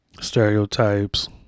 stereotypes